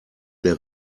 der